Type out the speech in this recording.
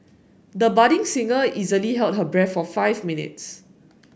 the budding singer easily held her breath for five minutes